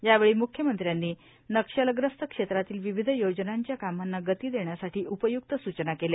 यावेळी मुख्यमंत्र्यांनी नक्षलग्रस्त क्षेत्रातील विविध योजनांच्या कामांना गती देण्यासाठी उपय्क्त सूचना केल्या